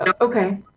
Okay